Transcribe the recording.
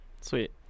Sweet